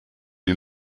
die